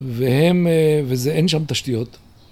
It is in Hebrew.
והם, וזה אין שם תשתיות.